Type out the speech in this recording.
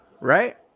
Right